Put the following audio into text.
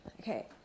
Okay